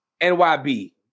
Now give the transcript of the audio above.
NYB